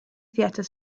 theatre